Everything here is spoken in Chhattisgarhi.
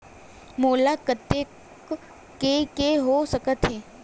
मोला कतेक के के हो सकत हे?